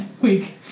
week